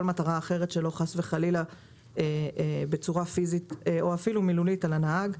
מטרה אחרת שלו חס וחלילה בצורה פיזית או אפילו מילולית על הנהג.